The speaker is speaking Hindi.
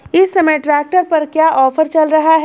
इस समय ट्रैक्टर पर क्या ऑफर चल रहा है?